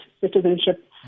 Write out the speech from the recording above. citizenship